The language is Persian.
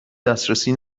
دسترسی